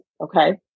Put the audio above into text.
Okay